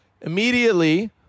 Immediately